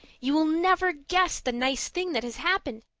you will never guess the nice thing that has happened.